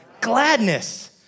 gladness